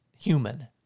human